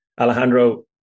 Alejandro